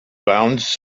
bounds